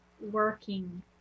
working